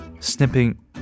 Snipping